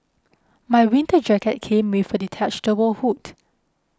my winter jacket came with a detachable hood